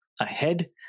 ahead